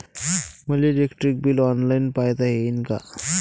मले electric bill online पायता येईन का?